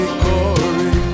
glory